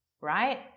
right